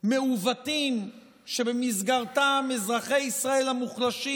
מעוותים שבמסגרתם אזרחי ישראל המוחלשים